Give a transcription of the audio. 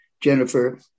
Jennifer